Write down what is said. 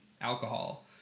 alcohol